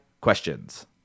questions